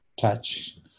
touch